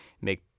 make